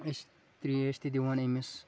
أسۍ ترٛیش تہِ دِوان أمِس